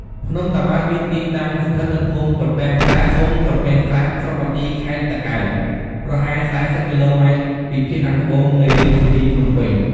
ភ្នំតាម៉ៅមានទីតាំងស្ថិតនៅភូមិត្រពាំងសាប ឃុំត្រពាំងសាប ស្រុកបាទី ខេត្តតាកែវ ប្រហែល ៤០ គីឡូម៉ែត្រពីភាគខាងត្បូងនៃរាជធានីភ្នំពេញ។